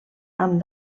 amb